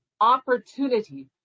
opportunity